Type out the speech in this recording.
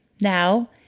Now